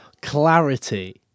clarity